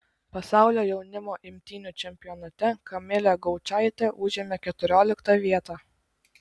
pasaulio jaunimo imtynių čempionate kamilė gaučaitė užėmė keturioliktą vietą